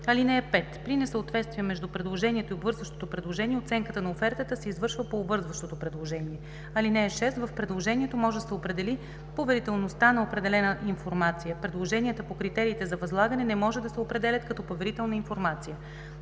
вариант. (5) При несъответствия между предложението и обвързващото предложение оценката на офертата се извършва по обвързващото предложение. (6) В предложението може да се определи поверителността на определена информация. Предложенията по критериите за възлагане не може да се определят като поверителна информация.“